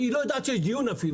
היא לא יודעת אפילו שיש דיון היום.